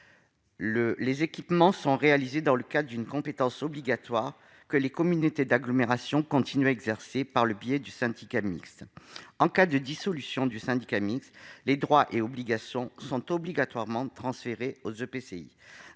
Les équipements sont réalisés dans le cadre d'une compétence obligatoire que les communautés d'agglomération continuent à exercer par le biais du syndicat mixte. En cas de dissolution du syndicat mixte, les droits et obligations sont obligatoirement transférés aux EPCI.